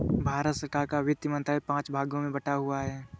भारत का वित्त मंत्रालय पांच भागों में बटा हुआ है